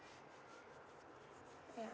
ya